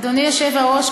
אדוני היושב-ראש,